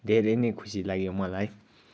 धेरै नै खुसी लाग्यो मलाई